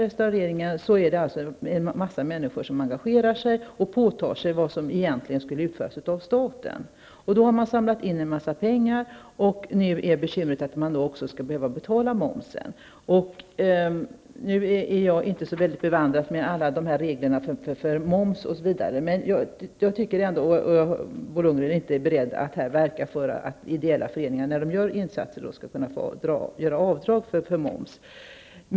Dessa människor påtar sig alltså något som egentligen skulle utföras av staten. Man har samlat in en massa pengar, och bekymret är nu att man tvingas betala moms. Jag är inte så bevandrad i alla de regler som gäller beträffande momsen, men jag har förstått att Bo Lundgren inte är beredd att verka för att ideella föreningar när de gör insatser skall kunna göra avdrag för momsen.